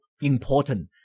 important